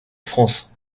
france